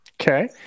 Okay